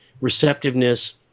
receptiveness